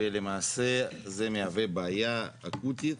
ולמעשה זה מהווה בעיה אקוטית